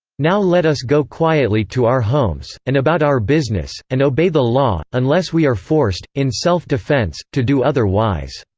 now let us go quietly to our homes, and about our business, and obey the law, unless we are forced, in self-defense, to do other wise.